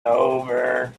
over